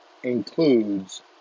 includes